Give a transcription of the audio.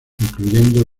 incluyendo